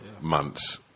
months